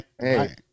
Hey